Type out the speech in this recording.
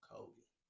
Kobe